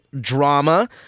drama